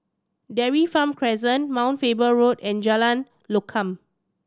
Dairy Farm Crescent Mount Faber Road and Jalan Lokam